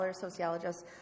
sociologists